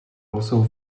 also